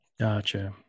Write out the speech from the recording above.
Gotcha